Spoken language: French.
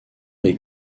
les